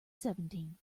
seventeen